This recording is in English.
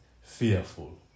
fearful